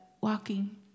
walking